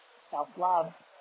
self-love